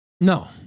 No